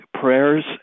prayers